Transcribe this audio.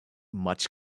much